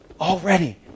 Already